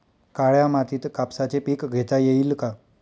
काळ्या मातीत कापसाचे पीक घेता येईल का?